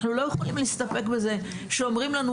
אנחנו לא יכולים להסתפק בכך שאומרים לנו